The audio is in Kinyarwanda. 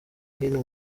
hino